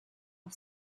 off